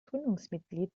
gründungsmitglied